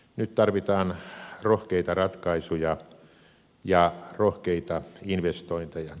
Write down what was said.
nyt tarvitaan rohkeita ratkaisuja ja rohkeita investointeja